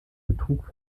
betrug